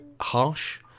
harsh